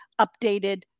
updated